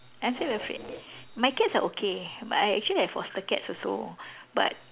I'm still afraid my cats are okay but I actually have foster cats also but